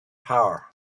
power